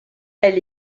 elle